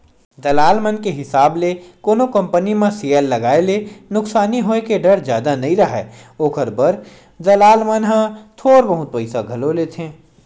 दलाल मन के हिसाब ले कोनो कंपनी म सेयर लगाए ले नुकसानी होय के डर जादा नइ राहय, ओखर बर दलाल मन ह थोर बहुत पइसा घलो लेथें